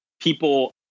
people